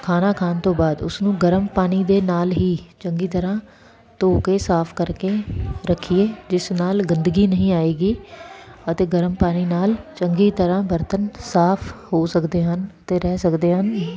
ਖਾਣਾ ਖਾਣ ਤੋਂ ਬਾਅਦ ਉਸਨੂੰ ਗਰਮ ਪਾਣੀ ਦੇ ਨਾਲ ਹੀ ਚੰਗੀ ਤਰਹਾਂ ਧੋ ਕੇ ਸਾਫ ਕਰਕੇ ਰੱਖੀਏ ਜਿਸ ਨਾਲ ਗੰਦਗੀ ਨਹੀਂ ਆਏਗੀ ਅਤੇ ਗਰਮ ਪਾਣੀ ਨਾਲ ਚੰਗੀ ਤਰ੍ਹਾਂ ਬਰਤਨ ਸਾਫ ਹੋ ਸਕਦੇ ਹਨ ਤੇ ਰਹਿ ਸਕਦੇ ਹਨ